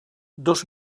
dos